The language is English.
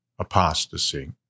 apostasy